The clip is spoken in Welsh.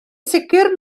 sicr